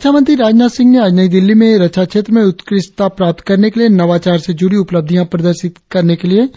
रक्षामंत्री राजनाथ सिंह ने आज नई दिल्ली में रक्षा क्षेत्र में उत्कृष्टता प्राप्त करने के लिए नवाचार से जुड़ी उपलब्धयां प्रदर्शित करने के लिए